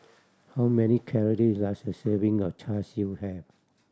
how many calorie does a serving of Char Siu have